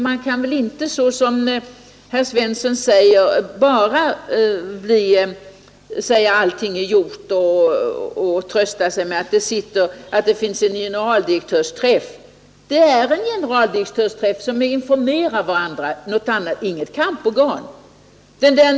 Man kan inte, som herr Svensson, bara säga att allting är gjort och trösta sig med att det finns en generaldirektörsträff. Denna träff är inget kamporgan, bara en träff där man informerar varandra.